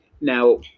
now